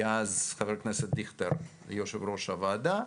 היה אז חבר הכנסת דיכטר יושב-ראש הוועדה,